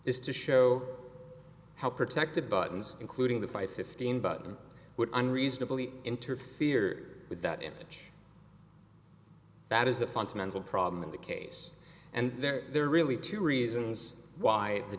do is to show how protected buttons including the five fifteen button would i'm reasonably interfere with that image that is a fundamental problem in the case and there are really two reasons why the